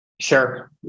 Sure